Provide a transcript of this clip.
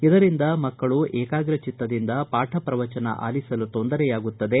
ಇದರಿಂದ ಮಕ್ಕಳು ಏಕಾಗ್ರಚಿತ್ತದಿಂದ ಪಾಠ ಪ್ರವಚನಗಳನ್ನು ಆಲಿಸಲು ತೊಂದರೆಯಾಗುತ್ತದೆ